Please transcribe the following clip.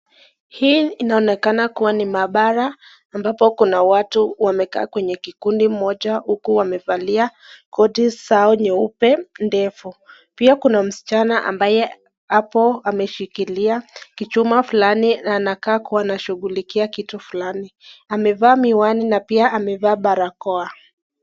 Hii inaonekana kuwa ni maabara ambapo kuna watu wamekaa kwenye kikundi moja huku wamevalia koti zao nyeupe ndefu. Pia kuna msichana ambaye hapo ameshikilia kichuma fulani, na anakaa kuwa anashughulikia kitu fulani. Amevaa miwani na pia amevaa barakoa.